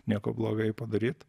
nieko bloga jai padaryt